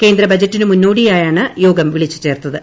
കേന്ദ്ര ബഡ്ജറ്റിനു മുന്നോടിയായാണ് യോഗം വിളിച്ച് ചേർത്തത്